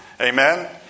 Amen